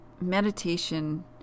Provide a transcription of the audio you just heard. meditation